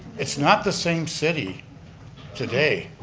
it's not the same city today.